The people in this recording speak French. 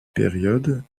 périodes